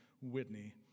Whitney